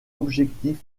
objectif